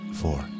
four